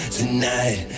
tonight